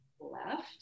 left